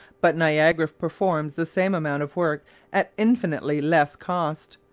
but niagara performs the same amount of work at infinitely less cost.